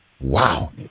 Wow